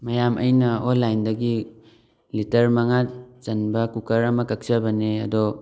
ꯃꯌꯥꯝ ꯑꯩꯅ ꯑꯣꯟꯂꯤꯏꯟꯗꯒꯤ ꯂꯤꯇꯔ ꯃꯉꯥ ꯆꯟꯕ ꯀꯨꯀꯔ ꯑꯃ ꯀꯛꯆꯕꯅꯦ ꯑꯗꯣ